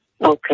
Okay